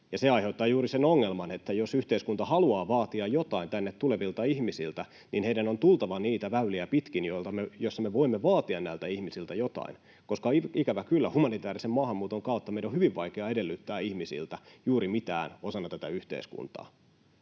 Se aiheuttaa juuri sen ongelman, että jos yhteiskunta haluaa vaatia jotain tänne tulevilta ihmisiltä, niin heidän on tultava niitä väyliä pitkin, joissa me voimme vaatia näiltä ihmisiltä jotain, koska ikävä kyllä humanitäärisen maahanmuuton kautta meidän on hyvin vaikea edellyttää ihmisiltä juuri mitään osana tätä yhteiskuntaa.